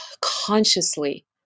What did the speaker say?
consciously